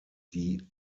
die